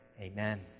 amen